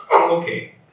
Okay